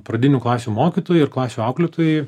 pradinių klasių mokytojai ir klasių auklėtojai